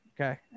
Okay